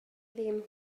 ddim